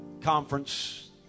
conference